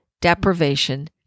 deprivation